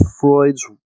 Freud's